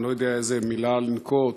אני לא יודע באיזה מילה לנקוט,